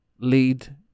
lead